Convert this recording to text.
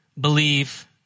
believe